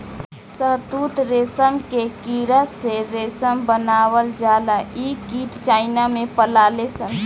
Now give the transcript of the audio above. शहतूत रेशम के कीड़ा से रेशम बनावल जाला इ कीट चाइना में पलाले सन